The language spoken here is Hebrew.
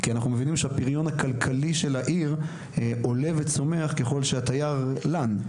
כי אנחנו מבינים שהפיריון הכלכלי של העיר עולה וצומח ככל שהתייר לן.